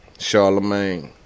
Charlemagne